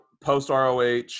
post-ROH